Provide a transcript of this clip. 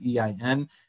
EIN